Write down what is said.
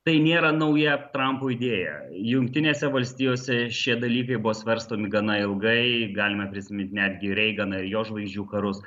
tai nėra nauja trampo idėja jungtinėse valstijose šie dalykai buvo svarstomi gana ilgai galime prisiminti netgi reiganą ir jo žvaigždžių karus